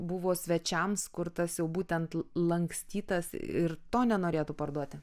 buvo svečiams kurtas jau būtent lankstytas ir to nenorėtų parduoti